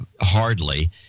hardly